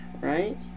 right